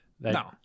no